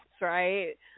right